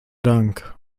dank